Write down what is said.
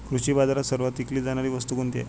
कृषी बाजारात सर्वात विकली जाणारी वस्तू कोणती आहे?